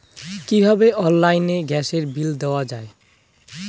কিভাবে অনলাইনে গ্যাসের বিল দেওয়া যায়?